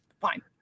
Fine